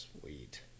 sweet